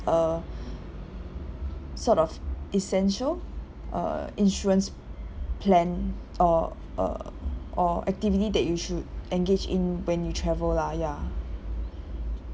a sort of essential uh insurance plan or a or activity that you should engage in when you travel lah ya